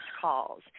calls